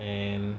and